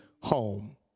home